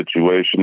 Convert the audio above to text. situation